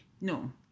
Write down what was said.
No